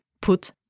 put